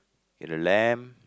and the lamp